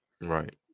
Right